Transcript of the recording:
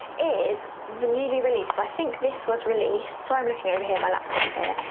is the newly released, i think this was released, sorry i'm looking over here my laptops here,